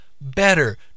Better